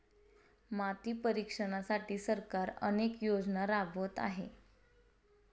माती परीक्षणासाठी सरकार अनेक योजना राबवत आहे